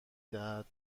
دهد